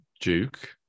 Duke